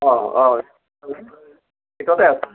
অঁ অঁ ভিতৰতে আছে